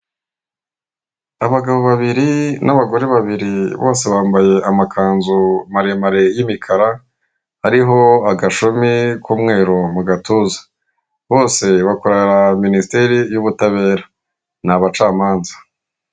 Abagabo babiri n'abagore babiri bose bambaye amakanzu maremare y'imikara ariho agashumi k'umweru mu gatuza, bose bakorera minisiteri y'ubutabera ni abacamanza.